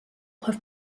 have